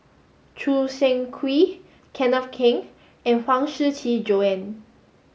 Choo Seng Quee Kenneth Keng and Huang Shiqi Joan